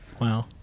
Wow